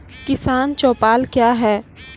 किसान चौपाल क्या हैं?